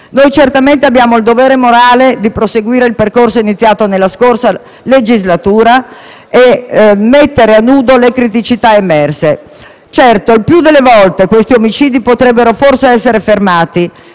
Noi certamente abbiamo il dovere morale di proseguire il percorso iniziato nella scorsa legislatura e mettere a nudo le criticità emerse. Certo, il più delle volte siffatti omicidi potrebbero forse essere fermati,